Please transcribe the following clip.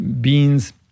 beans